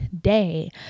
day